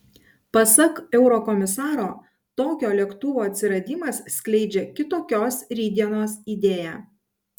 pasak eurokomisaro tokio lėktuvo atsiradimas skleidžia kitokios rytdienos idėją